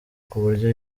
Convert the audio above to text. kuburyo